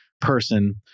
person